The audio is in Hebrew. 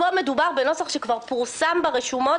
פה מדובר בנוסח שכבר פורסם ברשומות,